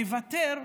לוותר,